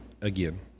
again